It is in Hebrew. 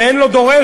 ואין לו דורש.